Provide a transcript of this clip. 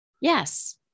Yes